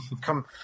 come